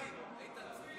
ועדת הכנסת נתקבלה.